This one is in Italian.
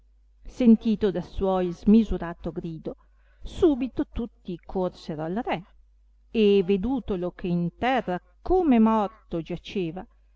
sentito da suoi il smisurato grido subito tutti corsero al re e vedutolo che in terra come morto giaceva